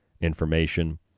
information